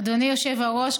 אדוני היושב-ראש,